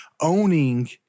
owning